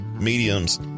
mediums